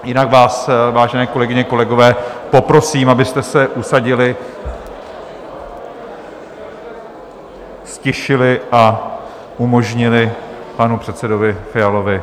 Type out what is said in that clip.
Jinak vás, vážené kolegyně, kolegové, poprosím, abyste se usadili, ztišili a umožnili panu předsedovi Fialovi mluvit.